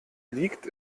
liegt